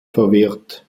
verwehrt